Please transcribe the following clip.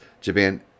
Japan